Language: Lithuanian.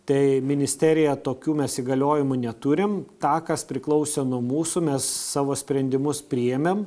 tai ministerija tokių mes įgaliojimų neturim tą kas priklausė nuo mūsų mes savo sprendimus priėmėm